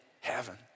heaven